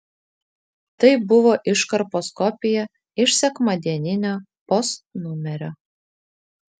tai buvo iškarpos kopija iš sekmadieninio post numerio